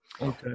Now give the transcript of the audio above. okay